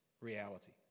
reality